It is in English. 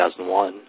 2001